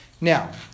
Now